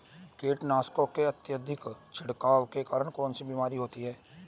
कीटनाशकों के अत्यधिक छिड़काव के कारण कौन सी बीमारी होती है?